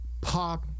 pop